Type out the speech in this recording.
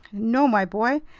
no, my boy,